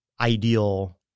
ideal